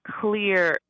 clear